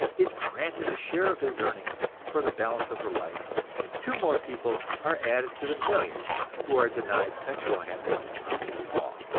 is granted a share of his earnings for the balance of her life and two more people are added to the millions who are denied sexual happiness under the law,